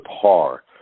par